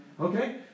Okay